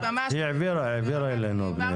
היא העבירה אלינו.